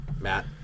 Matt